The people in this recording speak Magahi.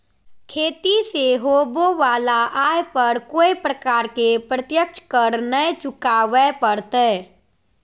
खेती से होबो वला आय पर कोय प्रकार के प्रत्यक्ष कर नय चुकावय परतय